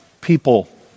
people